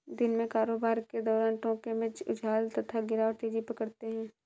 दिन में कारोबार के दौरान टोंक में उछाल तथा गिरावट तेजी पकड़ते हैं